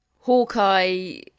Hawkeye